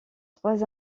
trois